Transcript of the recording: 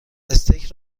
استیک